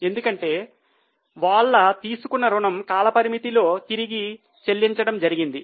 ఎందుకంటే వాళ్ల తీసుకున్న రుణము కాలపరిమితిలో తిరిగి చెల్లించడం జరిగింది